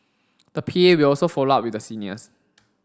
the P A will also follow up with the seniors